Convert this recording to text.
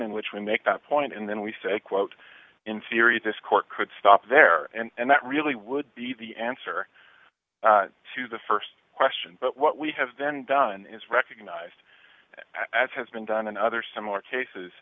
in which we make that point and then we say quote in theory this court could stop there and that really would be the answer to the st question but what we have been done is recognize as has been done in other similar cases